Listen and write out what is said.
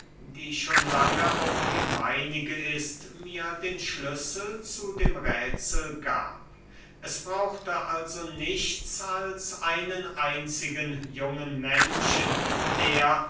die schon lange auch die meinige ist mir den schlüssel zu dem räthsel gab es brauchte also nichts als einen einzigen jungen menschen der